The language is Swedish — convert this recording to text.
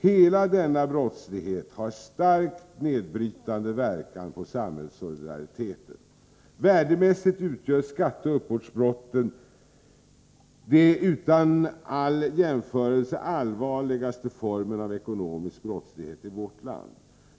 Hela denna brottslighet har starkt nedbrytande verkan på samhällssolidariteten. Värdemässigt utgör skatteoch uppbördsbrott den utan all jämförelse allvarligaste formen av ekonomisk brottslighet i vårt land.